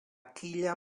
quilla